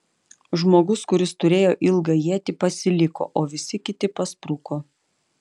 žmogus kuris turėjo ilgą ietį pasiliko o visi kiti paspruko